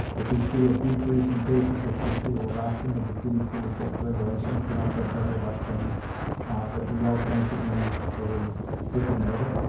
if we see a decrease in cases, if we see a relaxing of the cdc regulations, then i'll feel better about saying that we are going to do a brick and mortar.